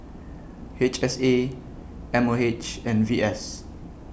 H S A M O H and V S